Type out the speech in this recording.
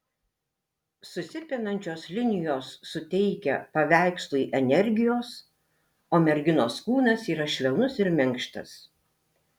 susipinančios linijos suteikia paveikslui energijos o merginos kūnas yra švelnus ir minkštas